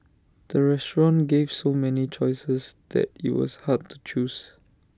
the restaurant gave so many choices that IT was hard to choose